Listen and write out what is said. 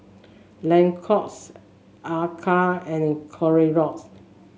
Lacoste Acura and Clorox